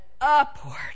Upward